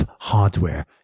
hardware